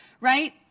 right